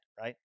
Right